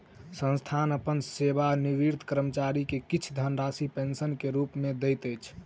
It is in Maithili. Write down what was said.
संस्थान अपन सेवानिवृत कर्मचारी के किछ धनराशि पेंशन के रूप में दैत अछि